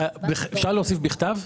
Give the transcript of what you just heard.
אפשר להוסיף את המילה "בכתב"?